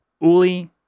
Uli